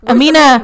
Amina